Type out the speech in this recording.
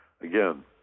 again